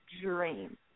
dream